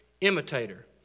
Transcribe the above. imitator